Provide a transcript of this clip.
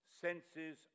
senses